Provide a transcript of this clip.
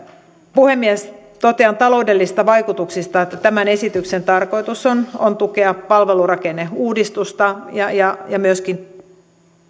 puhemies totean taloudellisista vaikutuksista että tämän esityksen tarkoitus on on tukea palvelurakenneuudistusta ja ja myöskin